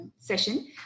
session